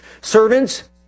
Servants